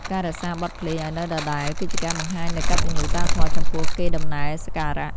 ការរក្សាបទភ្លេងឱ្យនៅដដែល គឺជាការបង្ហាញនូវកតញ្ញូតាធម៌ចំពោះកេរដំណែលសក្ការៈ។